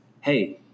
Hey